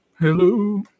Hello